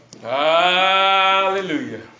Hallelujah